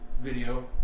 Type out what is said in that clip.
video